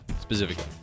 specifically